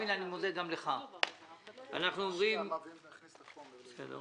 בסוף הכל בסדר.